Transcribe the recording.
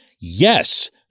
yes